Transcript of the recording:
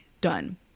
done